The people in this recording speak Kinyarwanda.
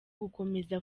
gukomeza